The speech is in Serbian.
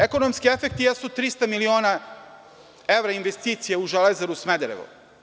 Ekonomski efekti jesu 300 miliona evra investicija u „Železaru Smederevo“